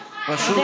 שקיפות.